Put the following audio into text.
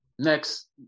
Next